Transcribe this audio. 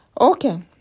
Okay